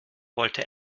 wollte